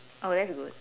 oh that's good